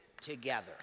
together